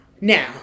Now